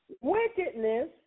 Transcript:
Wickedness